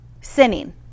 sinning